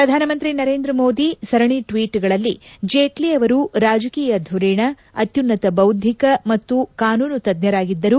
ಪ್ರಧಾನಮಂತ್ರಿ ನರೇಂದ್ರ ಮೋದಿ ಸರಣಿ ಟ್ವೀಟ್ಗಳಲ್ಲಿ ಜೇಟ್ನ ಅವರು ರಾಜಕೀಯ ಧುರೀಣ ಅತ್ಯುನ್ನತ ಬೌದ್ಧಿಕ ಮತ್ತು ಕಾನೂನು ತಜ್ಞರಾಗಿದ್ದರು